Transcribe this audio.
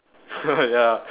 ya